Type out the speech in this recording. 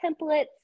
templates